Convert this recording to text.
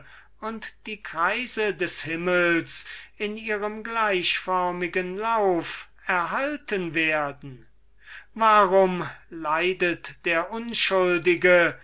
und die kreise des himmels in ihrem gleichförmigen lauf erhalten werden warum leidet der unschuldige